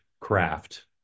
craft